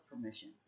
permission